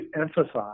emphasize